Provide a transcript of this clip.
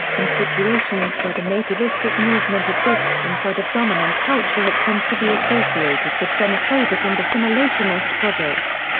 in situations where the nativistic movement exists inside of dominant culture it tends to be associated with xenophobic and assimilationist projects.